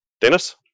dennis